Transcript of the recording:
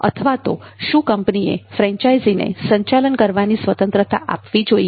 અથવા તો શું કંપનીએ ફ્રેન્ચાઇઝીને સંચાલન કરવાની સ્વતંત્રતા આપવી જોઈએ